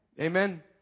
Amen